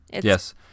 Yes